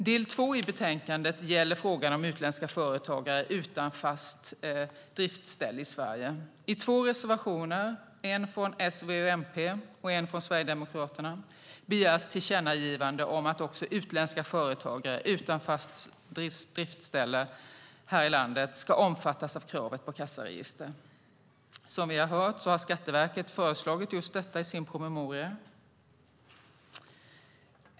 Del två i betänkandet gäller frågan om utländska företagare utan fast driftställe i Sverige. I två reservationer, en från S, V och MP och en från Sverigedemokraterna, begärs tillkännagivande om att också utländska företagare utan fast driftställe här i landet ska omfattas av kravet på kassaregister. Som vi har hört har Skatteverket föreslagit just detta i sin promemoria.